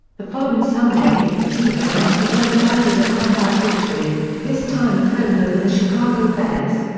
the following sunday, tebow once again guided a comeback victory, this time at home over the chicago bears.